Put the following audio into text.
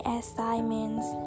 assignments